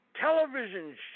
television